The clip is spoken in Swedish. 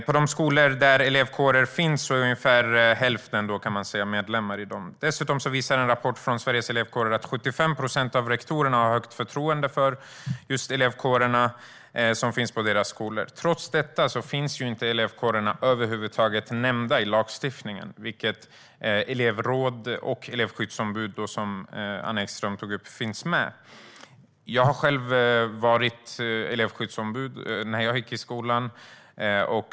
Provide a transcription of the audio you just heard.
På de skolor där elevkårer finns är ungefär hälften av eleverna medlemmar i dem. Dessutom visar en rapport från Sveriges Elevkårer att 75 procent av rektorerna har högt förtroende för elevkårerna som finns på deras skolor. Trots detta finns elevkårerna över huvud taget inte nämnda i lagstiftningen. Däremot finns elevråd och elevskyddsombud med, som Anna Ekström nämnde. Jag var själv elevskyddsombud när jag gick i skolan.